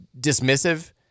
dismissive